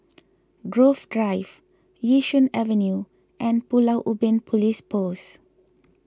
Grove Drive Yishun Avenue and Pulau Ubin Police Post